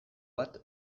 bat